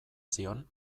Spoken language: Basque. zion